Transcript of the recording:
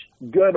good